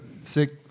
Sick